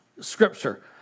Scripture